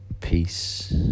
peace